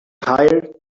hire